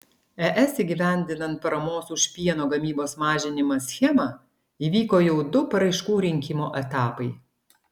es įgyvendinant paramos už pieno gamybos mažinimą schemą įvyko jau du paraiškų rinkimo etapai